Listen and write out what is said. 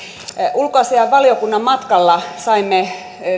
ulkoasiainvaliokunnan matkalla saimme